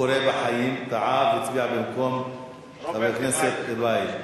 קורה בחיים, טעה והצביע במקום חבר הכנסת טיבייב.